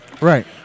Right